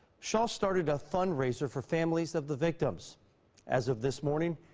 shaw started a fundraiser for families of the victims as of this morning.